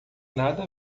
nada